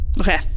Okay